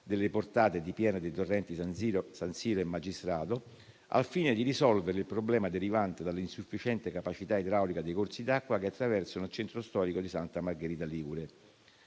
delle portate di piena dei torrenti San Siro e Magistrato, al fine di risolvere il problema derivante dall'insufficiente capacità idraulica dei corsi d'acqua che attraversano il centro storico di Santa Margherita Ligure.